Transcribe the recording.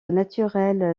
naturelle